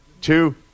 two